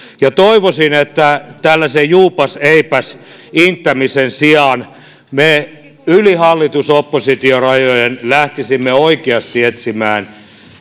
toivoisin että tällaisen juupas eipäs inttämisen sijaan me yli hallitus oppositio rajojen lähtisimme oikeasti etsimään